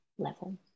level